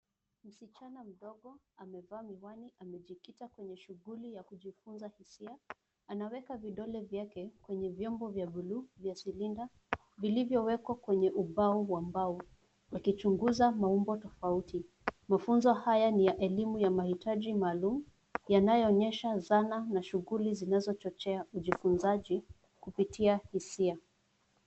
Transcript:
Msichana mdogo amevaa miwani, amejikita kwenye shughuli ya kujifunza hisia anaweka vidole vyake kwenye vyombo vya buluu vya silinda vilivyowekwa kwenye ubao wa mbao akichunguza maumbo tofauti. Mafunzo haya ni ya elimu ya mahitaji maalum, yanayoonyesha zana na shughuli zinazochochea ujifunzaji kupitia hisia.